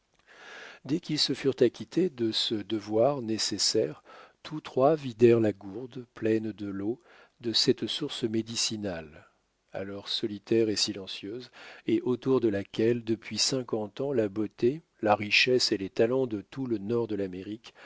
dès qu'ils se furent acquittés de ce devoir nécessaire tous trois vidèrent la gourde pleine de l'eau de cette source médicinale alors solitaire et silencieuse et autour de laquelle depuis cinquante ans la beauté la richesse et les talents de tout le nord de l'amérique